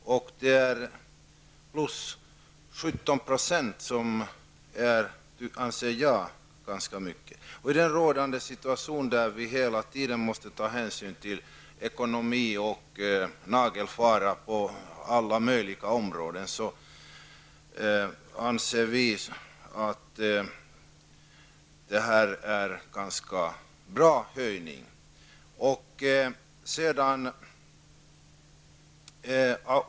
Det är en ökning med 17 %, vilket -- anser jag -- är ganska mycket. I den situation som råder, där vi hela tiden måste ta hänsyn till ekonomin och nagelfara förslagen på alla möjliga områden, anser vi att det är en ganska bra höjning.